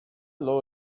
law